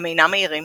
הם אינם מהירים,